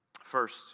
First